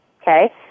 Okay